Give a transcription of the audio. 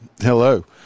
Hello